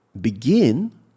begin